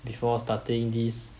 before starting this